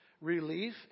relief